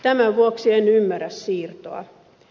tämän vuoksi en ymmärrä siirtoa